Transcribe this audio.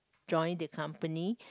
join the company